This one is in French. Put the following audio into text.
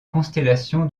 constellation